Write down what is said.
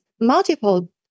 multiple